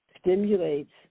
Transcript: stimulates